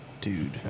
Dude